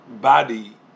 body